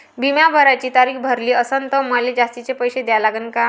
बिमा भराची तारीख भरली असनं त मले जास्तचे पैसे द्या लागन का?